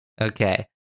Okay